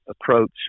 approach